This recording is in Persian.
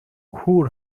کور